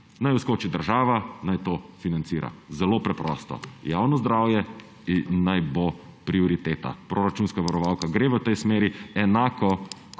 naj vskoči država, naj to financira. Zelo preprosto. Javno zdravje naj bo prioriteta. Proračunska varovalka gre v tej smeri, enako